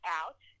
out